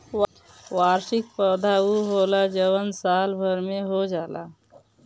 वार्षिक पौधा उ होला जवन साल भर में हो जाला